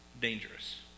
dangerous